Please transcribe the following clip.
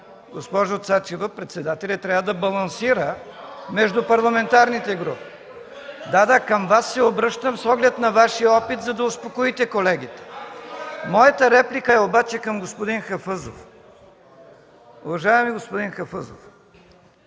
госпожо Цачева, председателят трябва да балансира между парламентарните групи. (Реплики от ГЕРБ.) Да, да, към Вас се обръщам – с оглед на Вашия опит, за да успокоите колегите. Моята реплика е обаче към господин Хафъзов. Уважаеми господин Хафъзов,